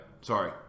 Sorry